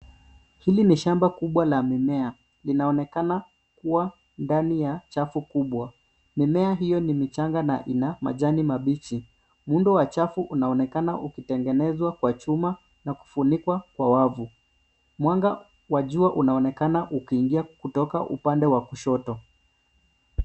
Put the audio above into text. Hili ni shamba kubwa la mimea. Linaonekana kua ndani ya chafu kubwa. Mimea hio ni michanga na ina majani mabichi. Muundo wa chafu unaonekana ukitengenezwa kwa chuma na kufunikwa kwa wavu. Mwanga wa jua unaonekana ukiingia kutoka upande wa kushoto.